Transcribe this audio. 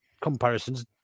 comparisons